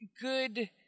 good